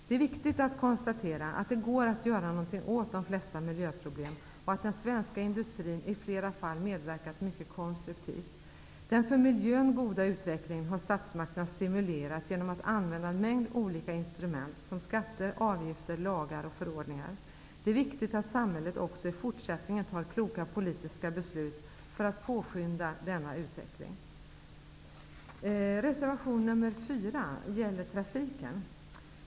Det är viktigt att konstatera att det går att göra någonting åt de flesta miljöproblem, och att den svenska industrin i flera fall medverkat mycket konstruktivt. Den för miljön goda utvecklingen har statsmakterna stimulerat genom att använda en mängd olika instrument som skatter, avgifter, lagar och förordningar. Det är viktigt att samhället också i fortsättningen tar kloka politiska beslut för att påskynda denna utveckling. Reservation nr 4 gäller trafiken.